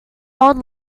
old